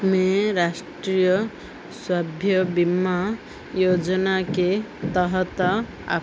में राष्ट्रीय सभ्य बीमा योजना के तहत अप